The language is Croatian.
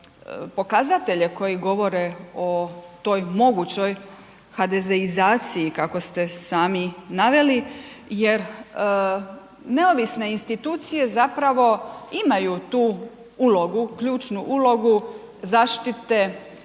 pokazatelje koji govore o toj mogućoj HDZ-izaciji kako ste sami naveli jer neovisne institucije zapravo imaju tu ulogu, ključnu ulogu zaštite